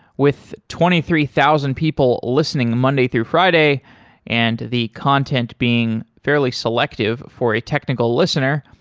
with twenty three thousand people listening monday through friday and the content being fairly selective for a technical listener,